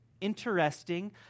interesting